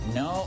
no